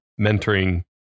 mentoring